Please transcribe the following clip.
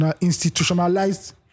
Institutionalized